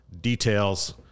details